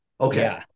okay